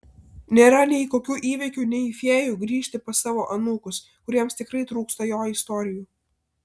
nėra nei kokių įvykių nei fėjų grįžti pas savo anūkus kuriems tikrai trūksta jo istorijų